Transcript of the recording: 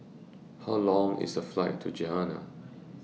How Long IS The Flight to Ghana